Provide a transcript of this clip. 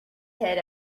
head